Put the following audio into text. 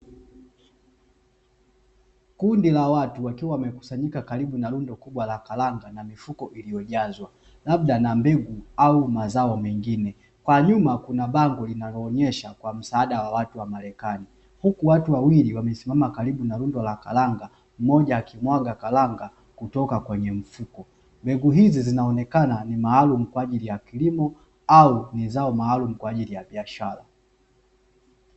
Kundi la watu wakiwa wamekusanyika karibu na rundo kubwa la karanga na mifuko iliyojazwa labda na mbegu au mazao mengine, kwa nyuma kuna bango linaloonyesha kwa msaada wa watu wa marekani, huku watu wawili wamesimama karibu na rundo la karanga, mmoja akimwaga karanga kutoka kwenye mfuko. Mbegu hizi zinaonekana ni maalumu kwa ajili ya kilimo au ni zao maalumu kwa ajili ya biashara.